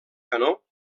canó